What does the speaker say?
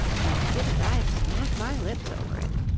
and didn't i smack my lips over it.